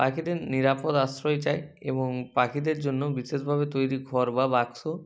পাখিদের নিরাপদ আশ্রয় চায় এবং পাখিদের জন্য বিশেষভাবে তৈরি ঘর বা বাক্স